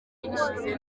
ishize